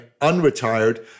unretired